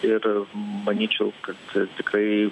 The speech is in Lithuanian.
ir manyčiau kad tikrai